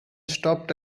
stopped